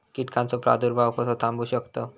कीटकांचो प्रादुर्भाव कसो थांबवू शकतव?